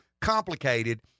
complicated